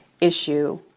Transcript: issue